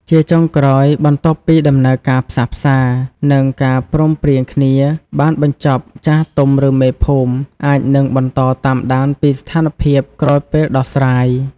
ជាចុងក្រោយ បន្ទាប់ពីដំណើរការផ្សះផ្សា និងការព្រមព្រៀងគ្នាបានបញ្ចប់ ចាស់ទុំ ឬមេភូមិ អាចនឹងបន្តតាមដានពីស្ថានភាពក្រោយពេលដោះស្រាយ។